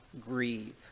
grieve